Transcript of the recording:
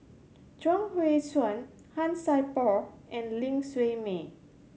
Chuang Hui Tsuan Han Sai Por and Ling Siew May